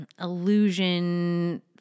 illusion